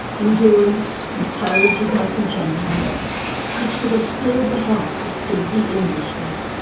endurance, and courage of my companions which would have stirred the heart of every englishman.